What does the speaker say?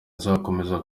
azakomeza